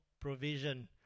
provision